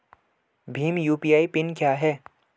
Bhim UPI PIN क्या है?